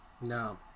No